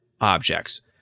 objects